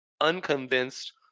Unconvinced